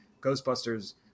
Ghostbusters